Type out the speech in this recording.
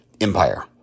empire